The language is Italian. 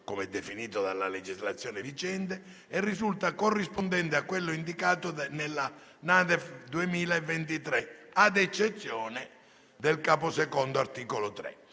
come definito dalla legislazione vigente e risulta corrispondente a quello indicato nella NADEF 2023, ad eccezione del Capo II (articolo 3).